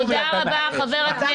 תודה רבה, חבר הכנסת מיקי זוהר.